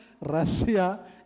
Russia